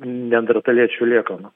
neandertaliečių liekanų